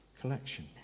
collection